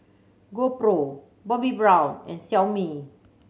GoPro Bobbi Brown and Xiaomi